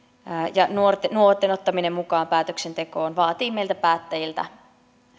ja nuorten nuorten ottaminen mukaan päätöksentekoon vaatii meiltä päättäjiltä